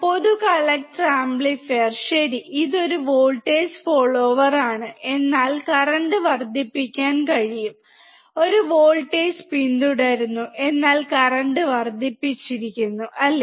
പൊതു collector amplifier ശരി ഇത് ഒരു വോൾട്ടേജ് ഫോളോവർ ആണ് എന്നാൽ കറന്റ് വർദ്ധിപ്പിക്കാൻ കഴിയും ഒരു വോൾട്ടേജ് പിന്തുടരുന്നു എന്നാൽ കറന്റ് വർദ്ധിപ്പിച്ചിരിക്കുന്നു അല്ലേ